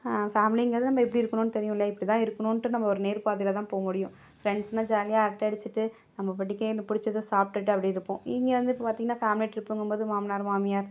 ஃபேமிலிங்கிறது நம்ம எப்படி இருக்குணும்னு தெரியுமில்லையா இப்படிதான் இருக்குணும்ன்ட்டு நம்ம ஒரு நேர் பாதையில் தான் போகமுடியும் ஃப்ரெண்ட்ஸ்னால் ஜாலியாக அரட்டை அடிச்சுட்டு நம்ம பாட்டுக்கே பிடிச்சத சாப்பிட்டுட்டு அப்படிருப்போம் இங்கே வந்து இப்பே பார்த்திங்னா ஃபேமிலி ட்ரிப்புங்கும்போது மாமனார் மாமியார்